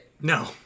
No